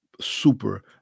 super